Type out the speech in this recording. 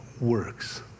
works